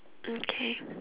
okay